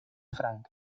frank